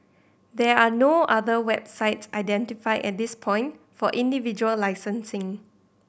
there are no other websites identified at this point for individual licensing